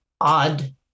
odd